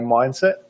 mindset